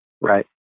Right